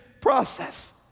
process